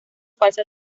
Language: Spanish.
falsa